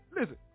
Listen